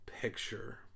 picture